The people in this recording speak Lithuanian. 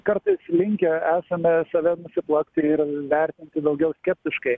kartais linkę esame save plakti ir vertinti daugiau skeptiškai